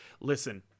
listen